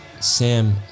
Sam